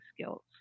skills